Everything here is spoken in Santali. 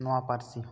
ᱱᱚᱣᱟ ᱯᱟᱹᱨᱥᱤ ᱦᱚᱸ